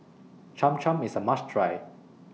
Cham Cham IS A must Try